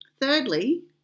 Thirdly